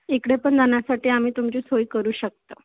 इकडे पण जाण्यासाठी आम्ही तुमची सोय करू शकतं